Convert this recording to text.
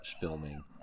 filming